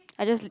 I just